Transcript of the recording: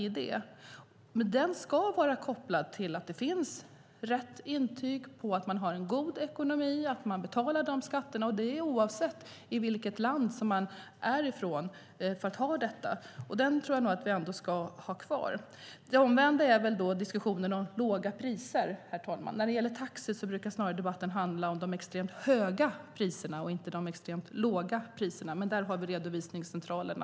F-skattsedeln ska vara kopplad till att det finns rätt intyg - att man har en god ekonomi och betalar skatter, oavsett vilket land man kommer från - för att ha F-skattsedel. Den ska vi nog ändå ha kvar. Herr talman! Det omvända är väl diskussionen om låga priser. När det gäller taxi brukar debatten snarare handla om extremt höga priser, inte om extremt låga priser. Men där har vi redovisningscentralerna.